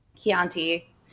Chianti